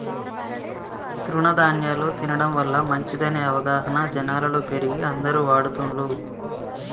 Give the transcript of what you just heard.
తృణ ధ్యాన్యాలు తినడం వల్ల మంచిదనే అవగాహన జనాలలో పెరిగి అందరు వాడుతున్లు